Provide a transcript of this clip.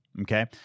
okay